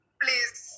please